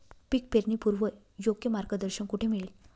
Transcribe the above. पीक पेरणीपूर्व योग्य मार्गदर्शन कुठे मिळेल?